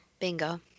Bingo